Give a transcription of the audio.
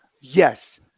Yes